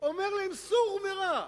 אומר להם: סור מרע,